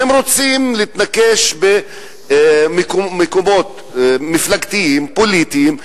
והם רוצים להתנקש במקומות מפלגתיים פוליטיים.